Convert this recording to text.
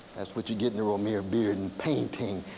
that's what you get in romare bearden painting.